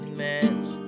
match